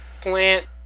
plant